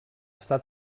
està